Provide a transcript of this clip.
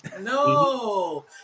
No